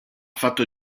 fatto